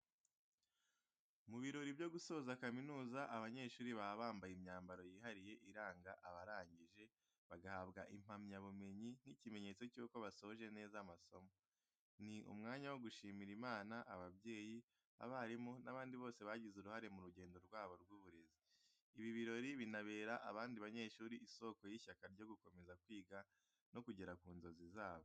Mu birori byo gusoza kaminuza, abanyeshuri baba bambaye imyambaro yihariye iranga abarangije, bagahabwa impamyabumenyi nk’ikimenyetso cy’uko basoje neza amasomo. Ni n’umwanya wo gushimira Imana, ababyeyi, abarimu n’abandi bose bagize uruhare mu rugendo rwabo rw’uburezi. Ibi birori binabera abandi banyeshuri isoko y’ishyaka ryo gukomeza kwiga no kugera ku nzozi zabo.